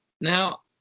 Now